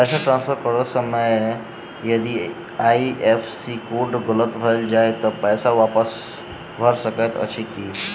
पैसा ट्रान्सफर करैत समय यदि आई.एफ.एस.सी कोड गलत भऽ जाय तऽ पैसा वापस भऽ सकैत अछि की?